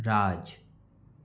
राज